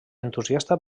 entusiasta